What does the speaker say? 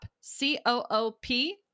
C-O-O-P